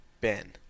Ben